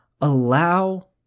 allow